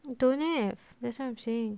you don't have that's what I'm saying